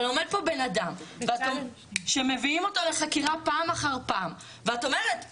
אבל עומד פה בן אדם שמביאים אותו לחקירה פעם אחר פעם ואת אומרת 'אוקיי,